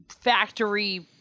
factory